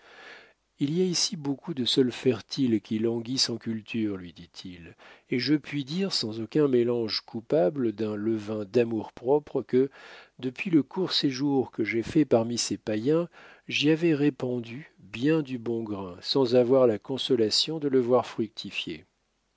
il y a ici beaucoup de sol fertile qui languit sans culture lui dit-il et je puis dire sans aucun mélange coupable d'un levain d'amour-propre que depuis le court séjour que j'ai fait parmi ces païens j'y avais répandu bien du bon grain sans avoir la consolation de le voir fructifier